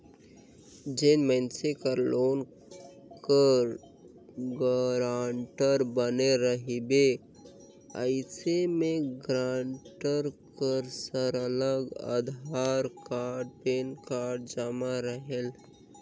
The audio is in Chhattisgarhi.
जेन मइनसे कर लोन कर गारंटर बने रहिबे अइसे में गारंटर कर सरलग अधार कारड, पेन कारड जमा रहेल